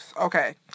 Okay